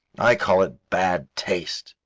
i call it bad taste.